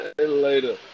Later